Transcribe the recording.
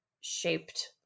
shaped